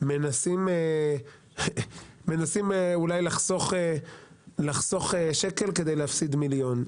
מנסים אולי לחסוך שקל כדי להפסיד מיליון.